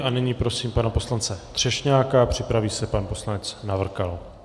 A nyní prosím pana poslance Třešňáka a připraví se pan poslanec Navrkal.